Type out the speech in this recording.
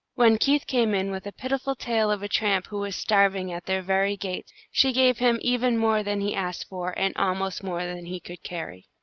when keith came in with a pitiful tale of a tramp who was starving at their very gates, she gave him even more than he asked for, and almost more than he could carry.